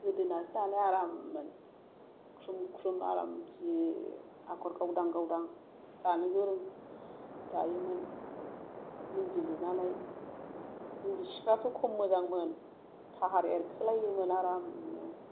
गोदोनासो दानाया आराममोन ख्रुम ख्रुम आराम जि आगर गावदां गावदां दानो गोरों दायोमोन इन्दि लुनानै इन्दि सिफोराथ' खम मोजांमोन पाहार एरखोलायोमोन आरामनो